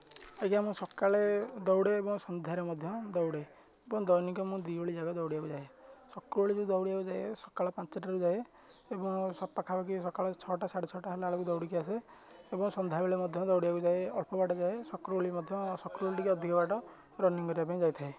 ଆଜ୍ଞା ମୁଁ ସକାଳେ ଦୌଡ଼େ ଏବଂ ସନ୍ଧ୍ୟାରେ ମଧ୍ୟ ଦୌଡ଼େ ଏବଂ ଦୈନିକ ମୁଁ ଦୁଇ ଓଳି ଯାକ ଦୌଡ଼ିବାକୁ ଯାଏ ସକାଳୁ ଯେଉଁ ଦୌଡ଼ିବାକୁ ଯାଏ ସକାଳ ପାଞ୍ଚଟାରୁ ଯାଏ ଏବଂ ପାଖାପାଖି ସକାଳ ଛଅଟା ସାଢ଼େ ଛଅଟା ହେଲା ବେଳକୁ ଦୌଡ଼ିକି ଆସେ ଏବଂ ସନ୍ଧ୍ୟା ବେଳେ ମଧ୍ୟ ଦୌଡ଼ିବାକୁ ଯାଏ ଅଳ୍ପ ବାଟ ଯାଏ ସକାଳ ଓଳି ମଧ୍ୟ ସକାଳ ଓଳି ଟିକିଏ ଅଧିକ ବାଟ ରନିଙ୍ଗ କରିବା ପାଇଁ ଯାଇଥାଏ